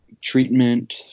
treatment